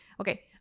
Okay